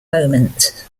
moments